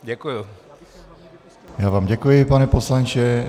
Děkuji vám, pane poslanče.